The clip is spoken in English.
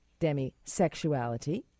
demisexuality